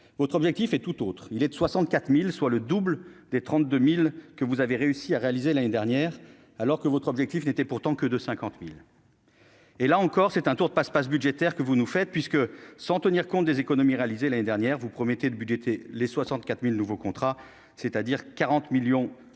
Votre objectif est tout autre : 64 000, soit le double des 32 000 engagés que vous avez réussi à convaincre l'année dernière, alors que votre objectif n'était pourtant que de 50 000. Là encore, c'est un tour de passe-passe budgétaire que vous nous faites, puisque, sans tenir compte des économies réalisées l'année dernière, vous promettez de budgéter les 64 000 nouveaux contrats. Ce sont donc 40 millions d'euros